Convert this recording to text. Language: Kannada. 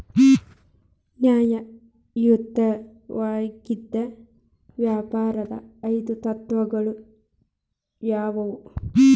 ನ್ಯಾಯಯುತವಾಗಿದ್ ವ್ಯಾಪಾರದ್ ಐದು ತತ್ವಗಳು ಯಾವ್ಯಾವು?